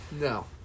No